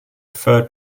fur